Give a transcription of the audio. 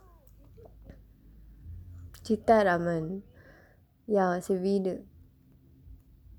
Sitharaman yah it's a veedu